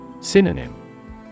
Synonym